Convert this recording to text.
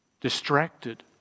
distracted